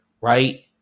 Right